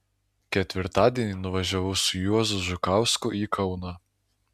ketvirtadienį nuvažiavau su juozu žukausku į kauną